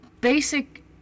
basic